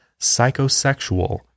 psychosexual